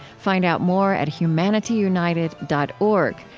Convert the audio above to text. find out more at humanityunited dot org,